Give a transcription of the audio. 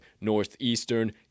Northeastern